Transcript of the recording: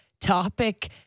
topic